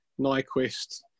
Nyquist